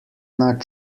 not